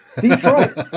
Detroit